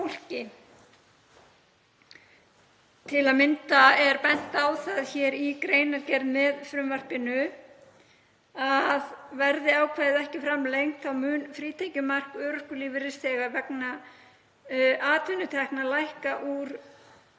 Til að mynda er bent á það hér í greinargerð með frumvarpinu að verði ákvæðið ekki framlengt muni frítekjumark örorkulífeyrisþega vegna atvinnutekna lækka úr